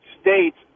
states